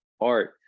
art